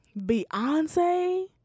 Beyonce